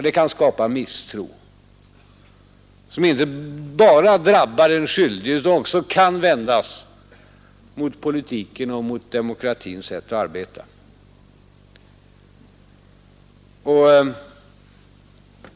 Det kan skapa misstro som inte bara drabbar den skyldige utan också kan vändas mot politiken och mot demokratins sätt att arbeta.